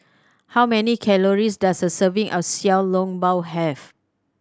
how many calories does a serving of Xiao Long Bao have